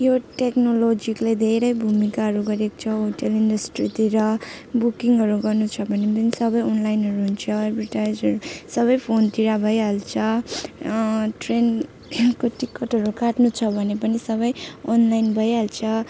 यो टेक्नोलोजीले धेरै भूमिकाहरू गरेको छ होटेल इन्डस्ट्रीतिर बुकिङहरू गर्नु छ भने पनि सबै अनलाइनहरू हुन्छ अहिले प्राय जसो सबै फोनतिर भइहाल्छ ट्रेनको टिकटहरू काट्नु छ भने सबै अनलाइन भइहाल्छ